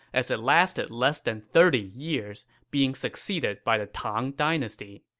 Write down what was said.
as it lasted less than thirty years, being succeeded by the tang dynasty.